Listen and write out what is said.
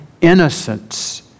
innocence